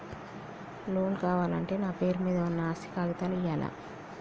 Loan కావాలంటే నా పేరు మీద ఉన్న ఆస్తి కాగితాలు ఇయ్యాలా?